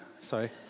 sorry